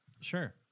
Sure